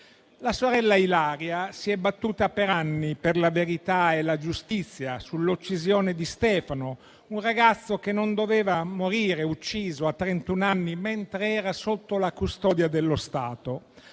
La sorella Ilaria si è battuta per anni per la verità e la giustizia sull'uccisione di Stefano, un ragazzo che non doveva morire ucciso a trentuno anni mentre era sotto la custodia dello Stato.